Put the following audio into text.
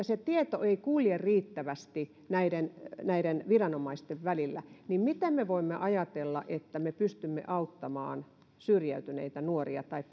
se tieto ei kulje riittävästi näiden näiden viranomaisten välillä niin miten me voimme ajatella että me pystymme auttamaan syrjäytyneitä nuoria tai